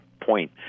point